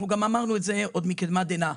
אנחנו אמרנו את זה עוד מקדמת דנא.